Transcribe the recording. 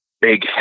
big